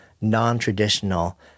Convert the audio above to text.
non-traditional